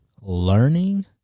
Learning